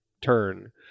turn